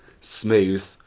smooth